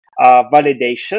validation